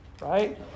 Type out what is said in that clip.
right